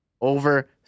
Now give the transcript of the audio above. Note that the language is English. over